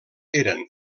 eren